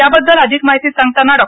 त्याबद्दल अधिक माहिती देताना डॉ